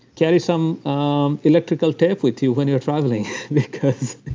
carry some um electrical tape with you when you're traveling because.